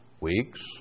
weeks